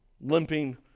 Limping